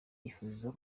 yifuza